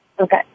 Okay